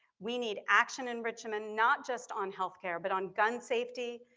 we need action in richmond not just on healthcare, but on gun safety.